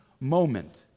moment